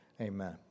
Amen